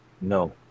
No